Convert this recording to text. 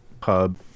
pub